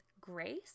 grace